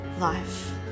life